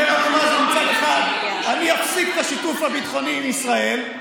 אומר אבו מאזן מצד אחד: אני אפסיק את השיתוף הביטחוני עם ישראל,